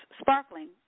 sparkling